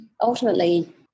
ultimately